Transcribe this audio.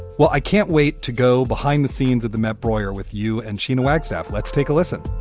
well, i can't wait to go behind the scenes at the met broyer with you and sheena wagstaff. let's take a listen